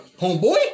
Homeboy